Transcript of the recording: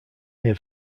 have